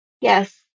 Yes